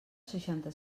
seixanta